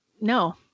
no